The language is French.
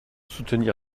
soutenir